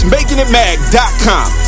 MakingItMag.com